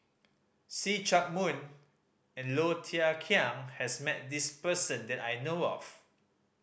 See Chak Mun and Low Thia Khiang has met this person that I know of